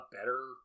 better